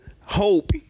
hope